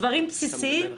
דברים בסיסיים.